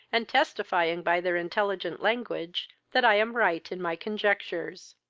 and testifying by their intelligent language that i am right in my conjectures.